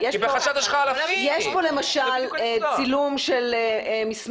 --- כי בחשד יש לך אלפים --- יש פה למשל צילום של מסמך,